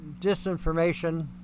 disinformation